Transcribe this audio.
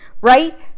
right